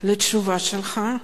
על התשובה שלך,